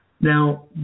Now